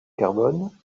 carbone